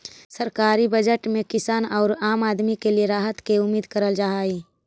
सरकारी बजट में किसान औउर आम आदमी के लिए राहत के उम्मीद करल जा हई